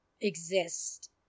exist